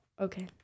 okay